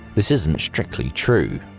this isn't strictly true.